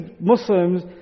Muslims